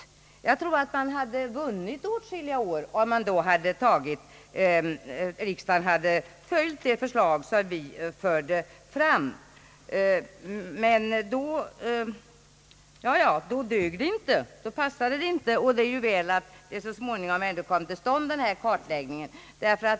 Jag tror att man hade vunnit åtskilliga års tid om riksdagen följt det förslag som vi den gången förde fram. Men då passade det inte. Det är väl att det så småningom ändå kom till stånd en sådan kartläggning.